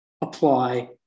apply